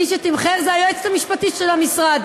מי שתמחרה זו היועצת המשפטית של המשרד,